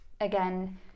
Again